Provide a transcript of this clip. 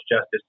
justice